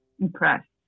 impressed